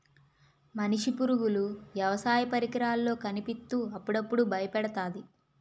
మనిషి పరుగులు వ్యవసాయ పరికరాల్లో కనిపిత్తు అప్పుడప్పుడు బయపెడతాది